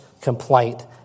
complaint